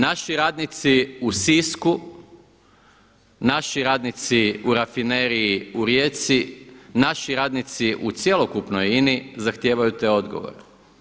Naši radnici u Sisku, naši radnici u Rafineriji u Rijeci, naši radnici u cjelokupnoj INA-i zahtijevaju te odgovore.